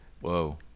Whoa